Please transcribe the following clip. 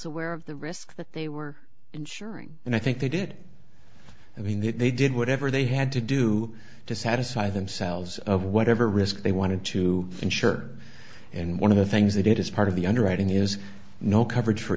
aware of the risk that they were insuring and i think they did i mean that they did whatever they had to do to satisfy themselves of whatever risk they wanted to insure and one of the things that it is part of the underwriting is no coverage for